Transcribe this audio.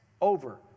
over